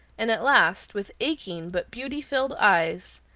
and at last, with aching but beauty-filled eyes,